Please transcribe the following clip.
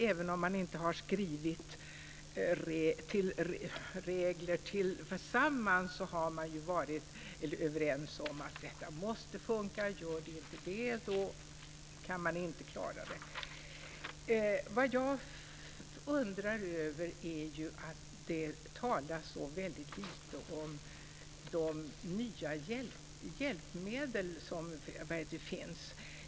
Även om de inte har skrivit regler tillsammans har de varit överens om att detta måste fungera. Det talas så lite om de nya hjälpmedel som finns.